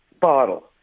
bottle